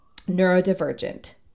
neurodivergent